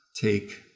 take